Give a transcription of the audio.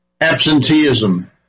absenteeism